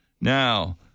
Now